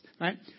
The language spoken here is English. right